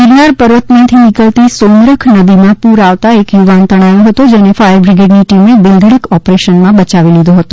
ગિરનાર પર્વત માથી નીકળતી સોનરખ નદી માં પૂર આવતા એક યુવાન તણાયો હતો જેને ફાયર બ્રિગેડ ની ટીમે દિલધડક ઓપરેશન માં બયાવી લીધો હતો